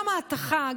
גם ההטחה,